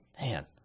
Man